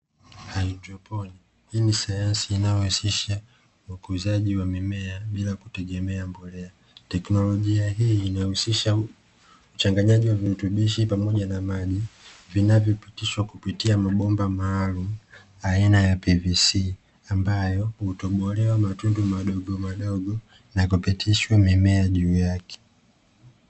Haidropolic hii ni sayansi inayohusisha ukuzaji wa mimea, uchanganyaji wa vilutubishi vya mimea, tekinolojia hii huusisha mabomba aina ya pvc.Hutobolewa matundu madogo madogo na kupitisha mimea juu yake.